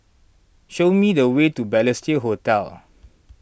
show me the way to Balestier Hotel